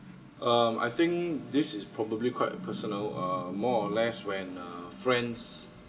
um I think this is probably quite personal uh more or less when uh friends